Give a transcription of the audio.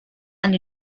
and